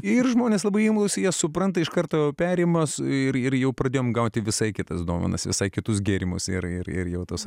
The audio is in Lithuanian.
ir žmonės labai imlūs jie supranta iš karto perima ir ir jau pradėjom gauti visai kitas dovanas visai kitus gėrimus ir ir ir jau tas